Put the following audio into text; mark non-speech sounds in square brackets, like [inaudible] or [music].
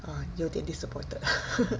err 有一点 disappointed [laughs]